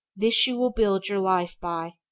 this you will build your life by,